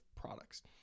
products